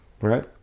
right